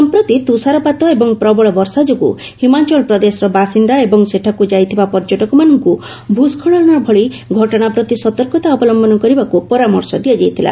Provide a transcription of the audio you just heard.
ସଂପ୍ରତି ତୁଷାରପାତ ଏବଂ ପ୍ରବଳ ବର୍ଷା ଯୋଗୁଁ ହିମାଚଳ ପ୍ରଦେଶର ବାସିନ୍ଦା ଏବଂ ସେଠାକୁ ଯାଇଥିବା ପର୍ଯ୍ୟଟକମାନଙ୍କୁ ଭୂସ୍ଖଳନ ଭଳି ଘଟଣା ପ୍ରତି ସତର୍କତା ଅବଲମ୍ବନ କରିବାକୁ ପରାମର୍ଶ ଦିଆଯାଇଥିଲା